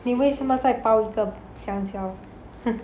你为什么在包一个香蕉